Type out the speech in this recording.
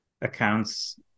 accounts